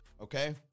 Okay